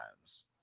times